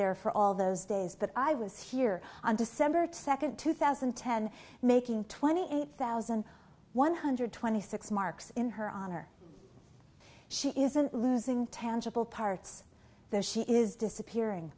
there for all those days but i was here on december second two thousand and ten making twenty eight thousand one hundred twenty six marks in her honor she isn't losing tangible parts there she is disappearing